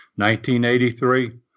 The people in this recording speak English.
1983